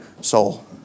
soul